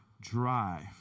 drive